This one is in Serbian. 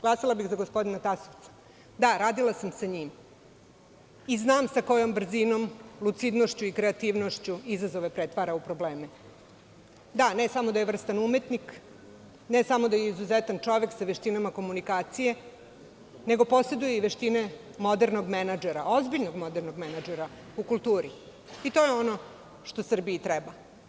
Glasala bih za gospodina Tasovca, da radila sam sa njim i znam sa kojom brzinom, lucidnošću i kreativnošću izazove pretvara u probleme, da ne samo da je vrstan umetnik, ne samo da je izuzetan čovek sa veštinama komunikacije, nego poseduje i veštine modernog menadžera, ozbiljnog modernog menadžera u kulturi, i to je ono što Srbiji treba.